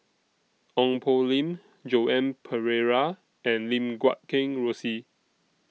Ong Poh Lim Joan Pereira and Lim Guat Kheng Rosie